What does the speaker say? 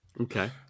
Okay